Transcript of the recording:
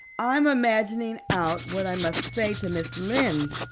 i'm imagining out what i must say to mrs. lynde,